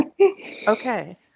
Okay